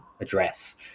address